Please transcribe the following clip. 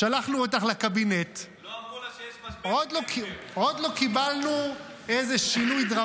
שלחנו אותך לקבינט -- לא אמרו לה שיש משבר עם בן גביר.